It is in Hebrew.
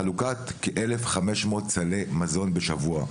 חלוקת כ-1,500 סלי מזון בשבוע,